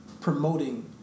promoting